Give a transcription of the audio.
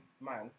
man